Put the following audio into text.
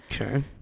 Okay